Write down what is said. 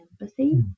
empathy